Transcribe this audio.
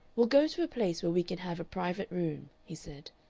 we'll go to a place where we can have a private room, he said.